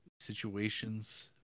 situations